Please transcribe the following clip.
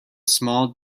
small